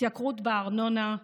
התייקרות בארנונה,